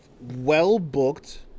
well-booked